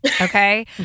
okay